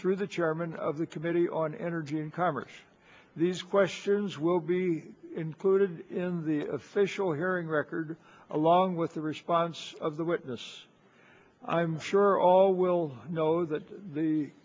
through the chairman of the committee on energy and congress these questions will be included in the official hearing record along with the response of the witness i'm sure all will know that the